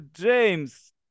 james